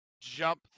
jump